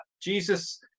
Jesus